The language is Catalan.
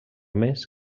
més